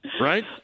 right